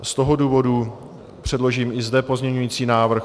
Z toho důvodu předložím i zde pozměňovací návrh.